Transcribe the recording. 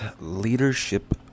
leadership